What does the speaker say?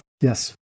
Yes